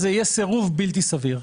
זה יהיה סירוב בלתי סביר.